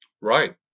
Right